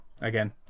again